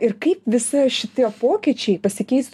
ir kaip visi šitie pokyčiai pasikeis